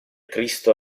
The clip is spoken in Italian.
cristo